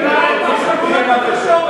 מי אמר את זה?